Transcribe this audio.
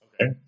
Okay